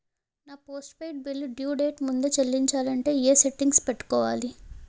నా post paid bill due date ముందే చెల్లించాలంటే ఎ సెట్టింగ్స్ పెట్టుకోవాలి?